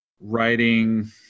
writing